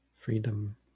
Freedom